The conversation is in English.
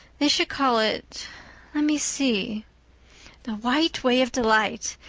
they should call it let me see the white way of delight.